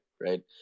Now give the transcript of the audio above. right